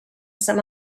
some